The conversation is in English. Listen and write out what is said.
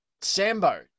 Sambo